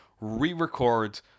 re-record